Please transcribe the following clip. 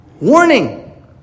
Warning